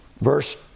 Verse